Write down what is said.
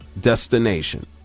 destination